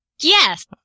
Yes